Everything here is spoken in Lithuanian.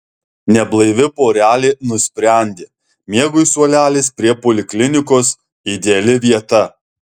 neblaivi porelė nusprendė miegui suolelis prie poliklinikos ideali vieta